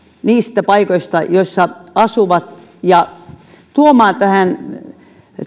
niistä paikoista joissa he asuvat ja tuomaan tähän